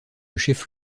chef